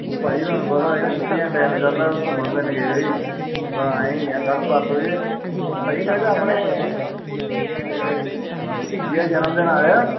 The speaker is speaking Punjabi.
ਉਹ ਭਾਅ ਜੀ ਤੁਹਾਨੂੰ ਪਤਾ ਸੀਗਾ ਛੁੱਟੀਆਂ ਦਾ ਟਾਈਮ ਚੱਲਦਾ ਘੁੰਮਣ ਫਿਰਨ ਗਏ ਜੀ ਤਾਂ ਆਏ ਹੀ ਹਾਂ ਕੱਲ੍ਹ ਪਰਸੋਂ ਜਿਹੇ ਭਾਅ ਜੀ ਮੈਂ ਕਿਹਾ ਆਪਣੇ ਭਤੀਜੇ ਦਾ ਜਨਮ ਦਿਨ ਆ ਰਿਹਾ